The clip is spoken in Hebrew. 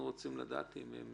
תלוי מה ההגדרה שלהם, האם הם